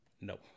no